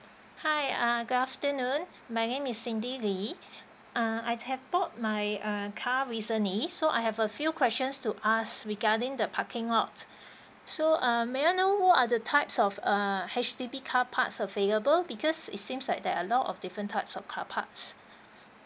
hi ah good afternoon my name is cindy lee ah I have bought my uh car recently so I have a few questions to ask regarding the parking lot so uh may I know what are the types of uh H_D_B car parks available because it seems like there a lot of different types of car parks